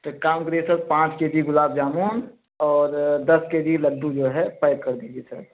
तो काम करिए सर पाँच के जी गुलाब जामुन और दस के जी लड्डू जो है पैक कर दीजिए सर